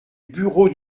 bureau